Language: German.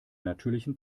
natürlichen